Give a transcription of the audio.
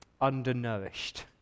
undernourished